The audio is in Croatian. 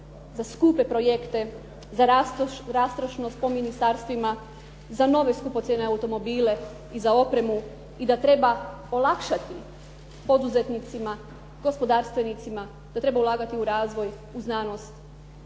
za skupe projekte, za rastrošnost po ministarstvima, za nove skupocjene automobile i za opremu i da treba olakšati poduzetnicima, gospodarstvenicima, da treba ulagati u razvoj, u znanost,